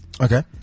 Okay